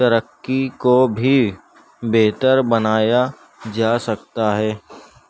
ترقی کو بھی بہتر بنایا جا سکتا ہے